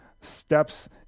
steps